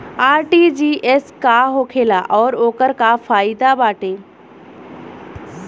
RTGS का होखेला और ओकर का फाइदा बाटे?